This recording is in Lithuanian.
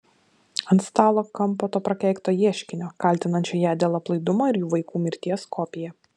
ant stalo kampo to prakeikto ieškinio kaltinančio ją dėl aplaidumo ir jų vaiko mirties kopija